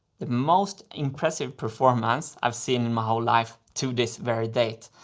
the most impressive performance i've seen in my whole life to this very date.